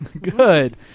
Good